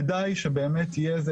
כדאי שבאמת יהיה,